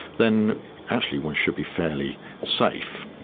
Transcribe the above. then actually one should be fairly safe.